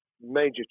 major